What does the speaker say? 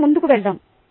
మనం ముందుకు వెళ్దాం